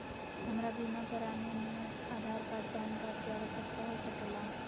हमरा बीमा कराने में आधार कार्ड पैन कार्ड की आवश्यकता हो सके ला?